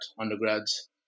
undergrads